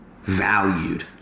valued